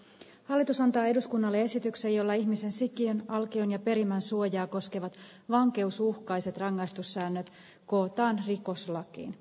hallitus antaa eduskunnalle esityksen jolla ihmisen sikiön alkion ja perimän suojaa koskevat vankeusuhkaisi rangaistus saa ne kootaan rikoslakiin